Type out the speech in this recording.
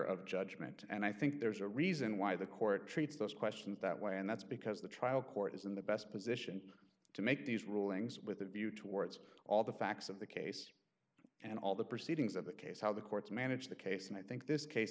of judgment and i think there's a reason why the court treats those questions that way and that's because the trial court is in the best position to make these rulings with a view towards all the facts of the case and all the proceedings of the case how the courts manage the case and i think this case